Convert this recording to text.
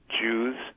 Jews